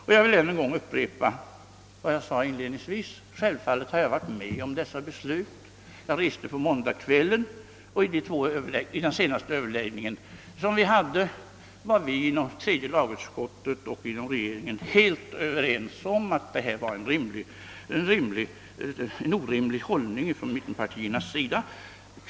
Och jag vill än en gång upprepa vad jag sade inledningsvis: Självfallet har jag varit med om att fatta detta beslut. Jag reste på måndagskvällen, men vid vår senaste överläggning hade vi varit överens om att mittenpartiernas hållning inom tredje lagutskottet var helt orimlig.